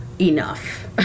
Enough